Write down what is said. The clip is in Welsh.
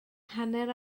hanner